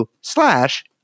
slash